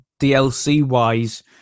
DLC-wise